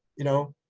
you know,